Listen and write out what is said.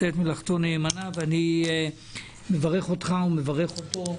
אני מברך אותך ומברך אותו,